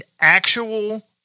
actual